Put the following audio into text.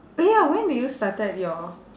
oh ya when did you started your